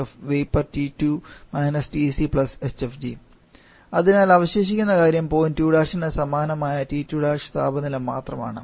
Cp vap T2 - TC hfg|TC അതിനാൽ അവശേഷിക്കുന്ന കാര്യം പോയിന്റ് 2ന് സമാനമായ T2' താപനില മാത്രമാണ്